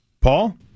Paul